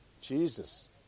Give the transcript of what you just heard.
Jesus